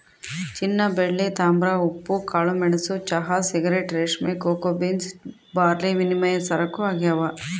ಚಿನ್ನಬೆಳ್ಳಿ ತಾಮ್ರ ಉಪ್ಪು ಕಾಳುಮೆಣಸು ಚಹಾ ಸಿಗರೇಟ್ ರೇಷ್ಮೆ ಕೋಕೋ ಬೀನ್ಸ್ ಬಾರ್ಲಿವಿನಿಮಯ ಸರಕು ಆಗ್ಯಾವ